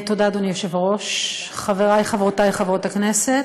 בראש, חברי וחברותי חברות הכנסת,